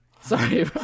sorry